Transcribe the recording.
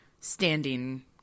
standing